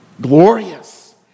glorious